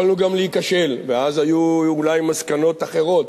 יכולנו גם להיכשל, ואז היו אולי מסקנות אחרות,